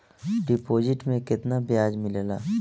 Deposit मे केतना बयाज मिलेला?